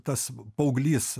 tas paauglys